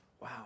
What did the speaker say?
Wow